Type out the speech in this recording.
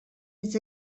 hitz